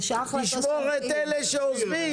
תשמור את אלה שעוזבים.